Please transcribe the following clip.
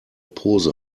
pose